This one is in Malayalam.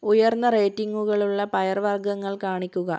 ഉയർന്ന റേറ്റിംഗുകളുള്ള പയർ വർഗ്ഗങ്ങൾ കാണിക്കുക